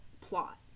plot